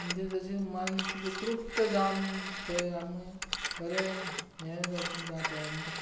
म्हणजे मन अशें तुजें तृप्त जावन थंय आमी बरे हे जाता